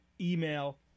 email